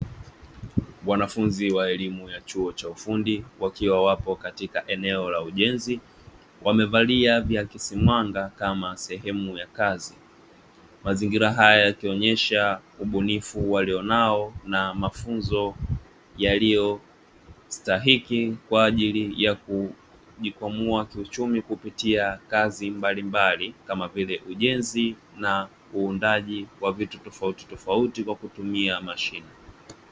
Wanafunzi wa elimu ya chuo cha ufundi wakiwa wapo katika eneo la ujenzi wamevalia viakisi mwanga kama sehemu ya kazi, mazingira haya yakionyesha ubunifu walionao na mafunzo yaliyo stahiki kwa ajili ya kujikwamua kiuchumi kupitia kazi mbalimbali kama vile; ujenzi na uundaji wa vitu tofautitofauti kwa kutumia mashine.